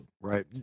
right